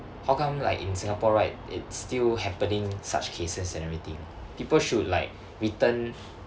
how come like in singapore right it's still happening such cases and everything people should like return